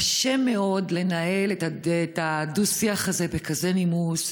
קשה מאוד לנהל את הדו-שיח הזה בכזה נימוס,